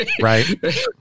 Right